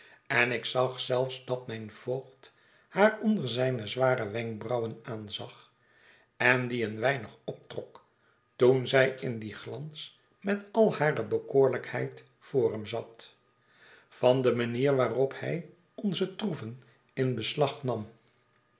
en ik zag zelfs dat mijn voogd haar onder zijne zware wenkbrauwen aanzag en die een weinig optrok toen zij in dien glans met al hare bekoorlijkheid voor hem zat van de manier waarop hij onze troeven in beslag nam